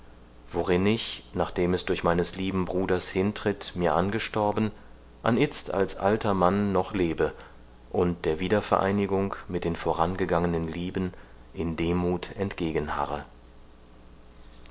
worin ich nachdem es durch meines lieben bruders hintritt mir angestorben anitzt als alter mann noch lebe und der wiedervereinigung mit den vorangegangenen lieben in demuth